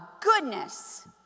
goodness